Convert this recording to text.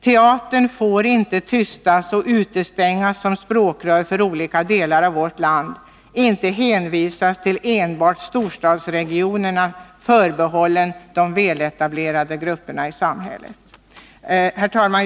Teatern får inte tystas och uteslutas som språkrör för olika delar av vårt land, inte hänvisas till enbart storstadsregionerna, förbehållen de väletablerade grupperna i samhället. Herr talman!